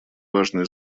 важное